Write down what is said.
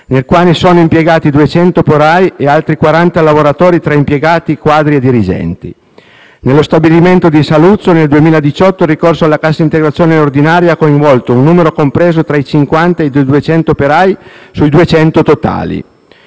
nel quale sono impiegati 200 operai e altri 40 lavoratori tra impiegati, quadri e dirigenti. Nello stabilimento di Saluzzo, nel 2018, il ricorso alla cassa integrazione ordinaria ha coinvolto un numero compreso tra i 50 ed i 200 operai sui 200 totali;